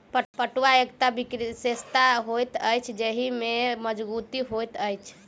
पटुआक एकटा विशेषता होइत अछि जे एहि मे मजगुती होइत अछि